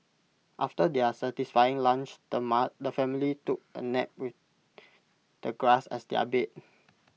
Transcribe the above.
after their satisfying lunch the the family took A nap with the grass as their bed